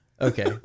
Okay